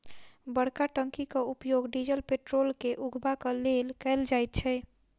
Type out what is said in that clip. बड़का टंकीक उपयोग डीजल पेट्रोल के उघबाक लेल कयल जाइत छै